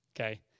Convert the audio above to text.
Okay